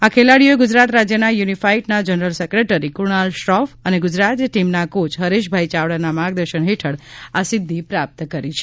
આ ખેલાડીઓને ગુજરાત રાજ્યના યુનિફાઇટના જનરલ સેક્રેટરી કુણાલ શ્રોફ અને ગુજરાત ટીમના કોચ હરેશભાઈ ચાવડાના માર્ગદર્શન હેઠળ આ સિધ્ધિ પ્રાપ્ત કરી છે